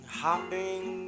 hopping